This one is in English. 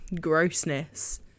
grossness